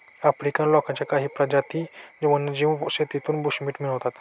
African लोकांच्या काही प्रजाती वन्यजीव शेतीतून बुशमीट मिळवतात